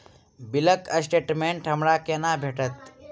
बिलक स्टेटमेंट हमरा केना भेटत?